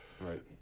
Right